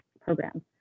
program